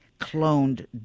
cloned